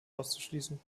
auszuschließen